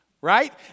right